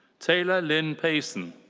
tayler lynn payson.